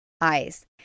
eyes